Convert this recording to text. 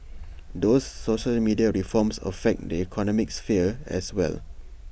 those social media reforms affect the economic sphere as well